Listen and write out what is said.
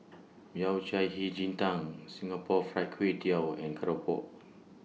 Yao Cai Hei Ji Tang Singapore Fried Kway Tiao and Keropok